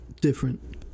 different